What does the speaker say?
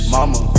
Mama